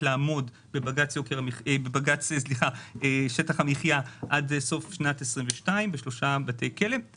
לעמוד בבג"ץ שטח המחייה עד סוף שנת 2022. במקביל,